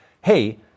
hey